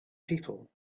people